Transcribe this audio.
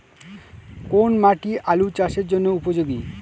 কোন মাটি আলু চাষের জন্যে উপযোগী?